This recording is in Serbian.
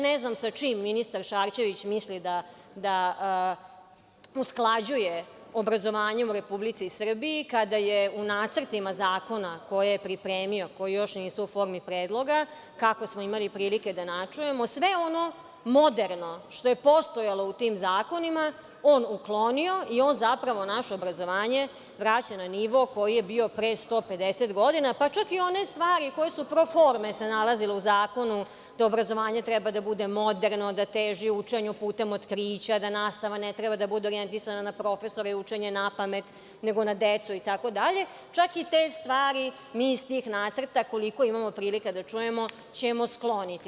Ne znam sa čim ministar Šarčević misli da usklađuje obrazovanje u Republici Srbiji, kada je u nacrtima zakona koje je pripremio, koji još nisu u formi predloga, kako smo imali prilike da načujemo, sve ono moderno što je postojalo u tim zakonima on je uklonio i on zapravo naše obrazovanje vraća na nivo koji je bio pre 150 godina, pa čak i one stvari koje su se pro forme nalazile u zakonu, da obrazovanje treba da bude moderno, da teži učenju putem otkrića, da nastava ne treba da bude orijentisana na profesore i učenje napamet, nego na decu itd, čak i te stvari mi iz tih nacrta, koliko imamo prilika da čujemo, ćemo skloniti.